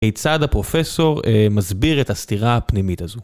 כיצד הפרופסור מסביר את הסתירה הפנימית הזו?